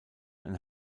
ein